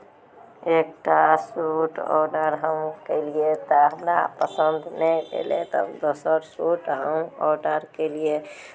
एक टा suit order हम केलियै तऽ हमरा पसन्द नहि अयलै तब दोसर सूट हम ऑर्डर केलियै